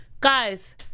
Guys